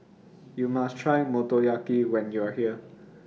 YOU must Try Motoyaki when YOU Are here